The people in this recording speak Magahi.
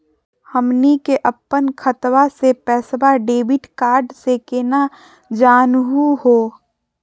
हमनी के अपन खतवा के पैसवा डेबिट कार्ड से केना जानहु हो?